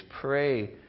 pray